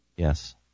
Yes